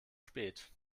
spät